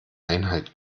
einhalt